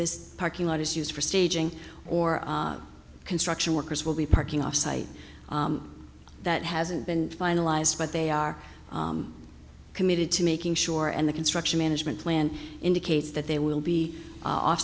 this parking lot is used for staging or construction workers will be parking offsite that hasn't been finalized but they are committed to making sure and the construction management plan indicates that they will be off